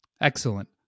Excellent